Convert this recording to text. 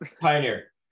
Pioneer